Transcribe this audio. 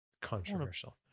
Controversial